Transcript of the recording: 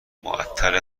معطل